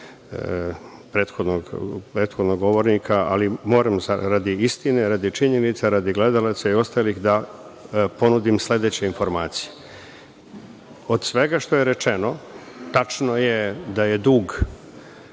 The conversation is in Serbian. prethodnog govornika, ali moram radi istine, radi činjenica, radi gledalaca i ostalih da ponudim sledeće informacije. Od svega što je rečeno, tačno je da je dug